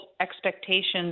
expectations